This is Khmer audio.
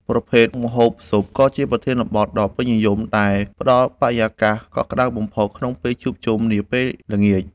ប្រភេទម្ហូប ស៊ុប ក៏ជាប្រធានបទដ៏ពេញនិយមដែលផ្ដល់បរិយាកាសកក់ក្ដៅបំផុតក្នុងពេលជួបជុំនាពេលល្ងាច។